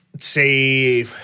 say